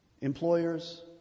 employers